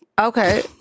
Okay